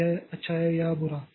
तो यह अच्छा है या बुरा